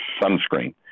sunscreen